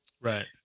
right